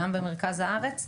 גם במרכז הארץ.